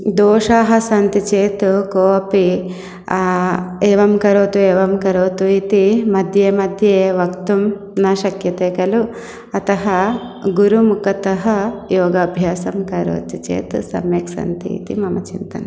दोषाः सन्ति चेत् कोऽपि एवं करोतु एवं करोतु इति मध्ये मध्ये वक्तुं न शक्यते खलु अतः गुरुमुखतः योगाभ्यासं करोति चेत् सम्यक् सन्ति इति मम चिन्तनम्